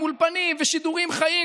עם אולפנים ושידורים חיים,